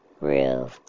real